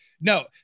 No